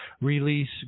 release